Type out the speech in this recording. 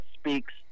speaks